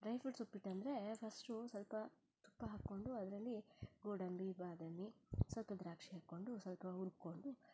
dry fruits ಉಪ್ಪಿಟ್ಟು ಅಂದರೆ first ಸ್ವಲ್ಪ ತುಪ್ಪ ಹಾಕ್ಕೊಂಡು ಅದರಲ್ಲಿ ಗೋಡಂಬಿ ಬಾದಾಮಿ ಸ್ವಲ್ಪ ದ್ರಾಕ್ಷಿ ಹಾಕ್ಕೊಂಡು ಸ್ವಲ್ಪ ಹುರ್ಕೊಂಡು ತೆಗ್ದಿಟ್ಕೊಂಡು